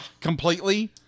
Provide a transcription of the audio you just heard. completely